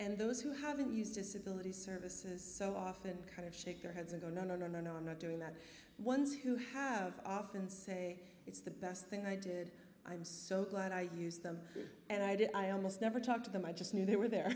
and those who haven't used disability services so often kind of shake their heads and go no no no no no i'm not doing that ones who have often say it's the best thing i did i'm so glad i use them and i did i almost never talk to them i just knew they were there